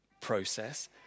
process